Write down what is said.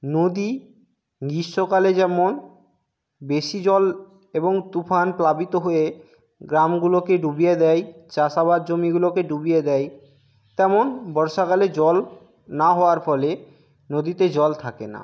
নদী গ্রীষ্মকালে যেমন বেশি জল এবং তুফান প্লাবিত হয়ে গ্রামগুলোকে ডুবিয়ে দেয় চাষাবাদ জমিগুলোকে ডুবিয়ে দেয় তেমন বর্ষাকালে জল না হওয়ার ফলে নদীতে জল থাকে না